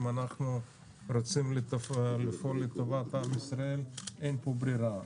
אם אנחנו רוצים לפעול לטובת עם ישראל אין פה ברירה,